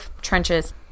trenches